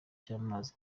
cy’amazi